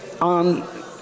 on